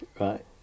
right